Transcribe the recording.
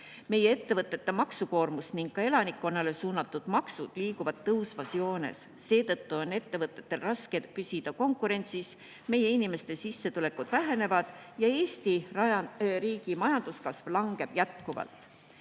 Meie ettevõtete maksukoormus ning ka elanikkonnale suunatud maksud liiguvad tõusvas joones. Seetõttu on ettevõtetel raske püsida konkurentsis, meie inimeste sissetulekud vähenevad ja Eesti riigi majanduskasv langeb jätkuvalt.